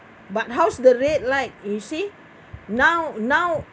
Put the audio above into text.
but how's the rate light you see now now